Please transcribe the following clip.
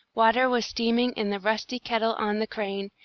water was steaming in the rusty kettle on the crane,